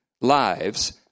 lives